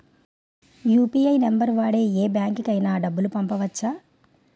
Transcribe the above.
UPI number వాడి యే బ్యాంకుకి అయినా డబ్బులు పంపవచ్చ్చా?